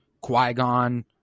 Qui-Gon